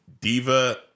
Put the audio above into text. Diva